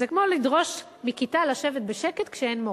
זה כמו לדרוש מכיתה לשבת בשקט כשאין מורה.